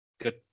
Good